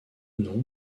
nom